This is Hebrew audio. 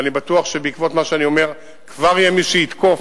ואני בטוח שבעקבות מה שאני אומר כבר יהיה מי שיתקוף,